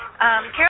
Carol